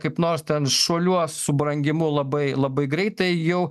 kaip nors ten šuoliuos su brangimu labai labai greitai jau